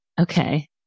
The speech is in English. Okay